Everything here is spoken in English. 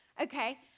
Okay